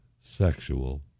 sexual